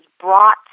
brought